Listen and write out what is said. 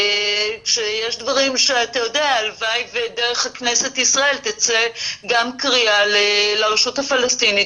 יש דברים שהלוואי ודרך כנסת ישראל תצא גם קריאה לרשות הפלסטינית,